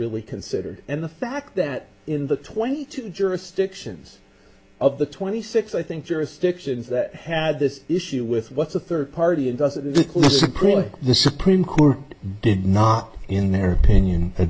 really considered and the fact that in the twenty two jurisdictions of the twenty six i think jurisdictions that had this issue with what's a third party and doesn't support the supreme court did not in their opinion